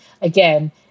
again